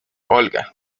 olga